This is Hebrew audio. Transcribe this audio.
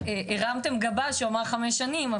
הרמתם גבה כשהוא אמר 5 שנים,